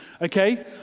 okay